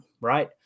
right